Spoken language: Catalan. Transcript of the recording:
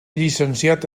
llicenciat